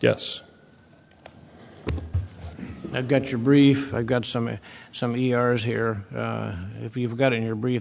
yes i got your brief i got some some e r s here if you've got in your brief